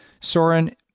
Soren